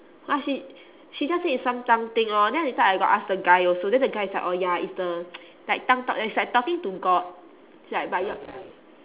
!huh! she she just did some tongue thing lor then later I got ask the guy also then the guy is like oh ya is the like tongue talk that is like talking to god like but your